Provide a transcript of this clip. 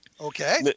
Okay